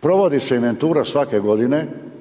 provodi se inventura svake godine